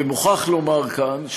ומוכרח לומר כאן,